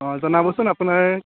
অ' জনাবচোন আপোনাৰ